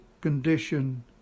condition